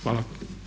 Hvala.